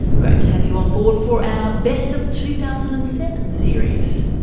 great to have you on board for our best of two thousand and seven series.